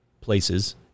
places